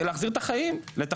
כן, להחזיר את החיים למסלולם.